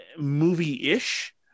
movie-ish